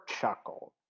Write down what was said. chuckled